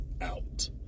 out